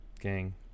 gang